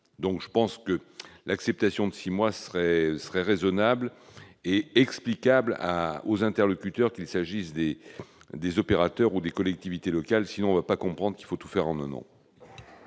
l'acceptation du report de six mois serait raisonnable et explicable aux interlocuteurs, qu'il s'agisse des opérateurs ou des collectivités locales. Sinon on ne comprendra pas qu'il faut tout faire en un an